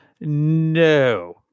no